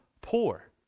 poor